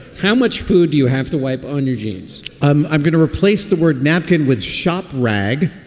how much food do you have to wipe on your jeans? i'm i'm going to replace the word napkin with shop rag